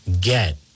get